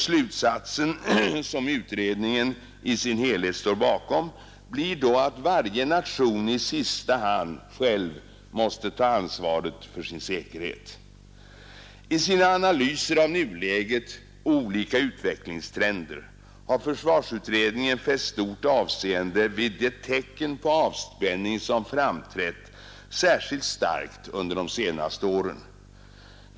Slutsatsen, som utredningen i sin helhet står bakom, blir då att varje nation i sista hand själv måste ta ansvaret för sin säkerhet. I sina analyser av nulägets olika utvecklingstrender har försvarsutredningen fäst stort avseende vid de tecken på avspänning som framträtt särskilt starkt under de senaste åren.